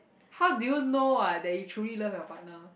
how do you know ah that you truly love your partner